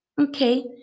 Okay